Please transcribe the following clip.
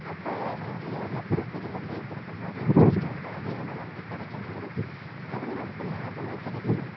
அப்போ வாங்கியோ இல்லை காப்பீடுகள்ளையோ கொடுக்கும் பொழுது இன்ரெஸ்ட்டு வந்து அதிகமாக நமக்கு கிடைக்கும் பொழுது அதில் நமக்கு லாபம் தான் கிடைக்குது